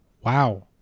wow